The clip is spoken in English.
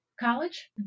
College